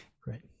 Great